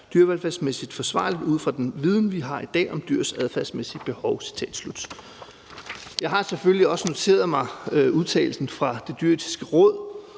dyrevelfærdsmæssigt forsvarlige ud fra den viden, vi har i dag om dyrs adfærdsmæssige behov«. Jeg har selvfølgelig også noteret mig udtalelsen fra Det Dyreetiske Råd,